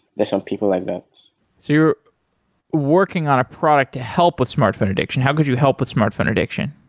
there's some people like that so you're working on a product to help with smartphone addiction. how could you help with smartphone addiction?